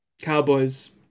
Cowboys